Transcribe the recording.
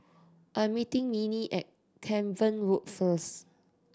I'm meeting Minnie at Cavan Road first